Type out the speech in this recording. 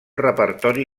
repertori